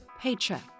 paycheck